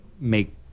make